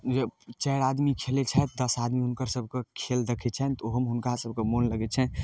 चारि आदमी खेलै छथि दस आदमी हुनकासभके खेल देखै छनि तऽ ओहोमे हुनकासभके मोन लगै छनि